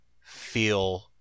feel